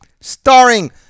starring